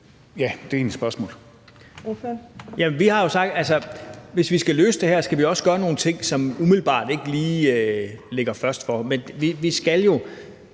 Pape Poulsen (KF): Vi har jo sagt, at hvis vi skal løse det her, skal vi også gøre nogle ting, som umiddelbart ikke lige ligger først for. Men vi skal jo